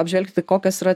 apžvelgti kokios yra